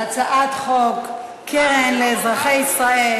על הצעת חוק קרן לאזרחי ישראל,